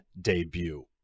debut